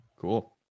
Cool